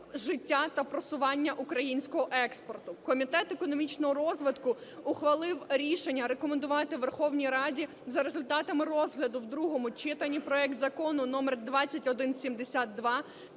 життя та просування українського експорту. Комітет економічного розвитку ухвалив рішення: рекомендувати Верховній Раді за результатами розгляду в другому читанні проект Закону номер 2172